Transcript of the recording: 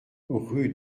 rue